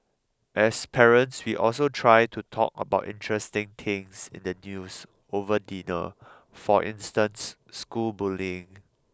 as parents we also try to talk about interesting things in the news over dinner for instance school bullying